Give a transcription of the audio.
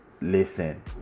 listen